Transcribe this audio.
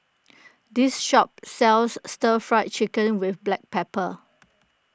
this shop sells Stir Fried Chicken with Black Pepper